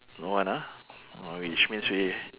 no one ah orh which means we